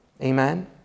Amen